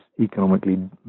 economically